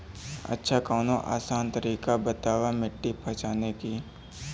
अच्छा कवनो आसान तरीका बतावा मिट्टी पहचाने की?